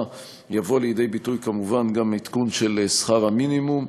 יבוא לידי ביטוי גם עדכון של שכר המינימום,